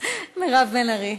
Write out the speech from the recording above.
מירב בן ארי.